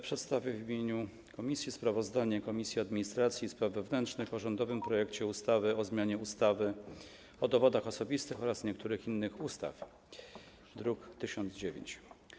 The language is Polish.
Przedstawię w imieniu komisji sprawozdanie Komisji Administracji i Spraw Wewnętrznych o rządowym projekcie ustawy o zmianie ustawy o dowodach osobistych oraz niektórych innych ustaw, druk nr 1009.